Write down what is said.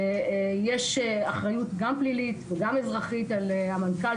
יש אחריות גם פלילית וגם אזרחית על המנכ"ל